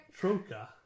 Troca